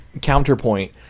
Counterpoint